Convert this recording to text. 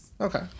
Okay